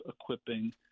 equipping